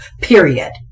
period